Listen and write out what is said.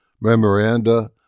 memoranda